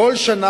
כל השנה.